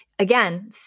Again